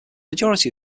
majority